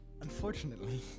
Unfortunately